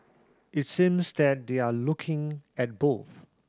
it seems that they're looking at both